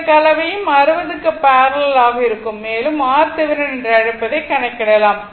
இந்த கலவையும் 60 க்கு பேரலல் ஆக இருக்கும் மேலும் RThevenin என்று அழைப்பதை கணக்கிடலாம்